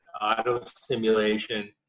auto-stimulation